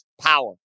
power